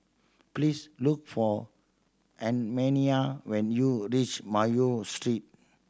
please look for Annemarie when you reach Mayo Street